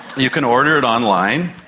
you can order it online.